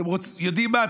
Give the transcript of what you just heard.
אתם יודעים מה,